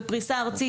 בפריסה ארצית,